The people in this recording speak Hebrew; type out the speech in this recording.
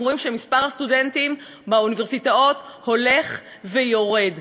אנחנו רואים שמספר הסטודנטים באוניברסיטאות הולך ויורד,